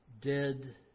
Dead